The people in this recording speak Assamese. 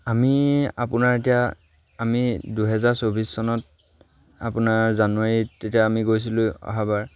আমি আপোনাৰ এতিয়া আমি দুহেজাৰ চৌবিছ চনত আপোনাৰ জানুৱাৰীত এতিয়া আমি গৈছিলোঁ অহাবাৰ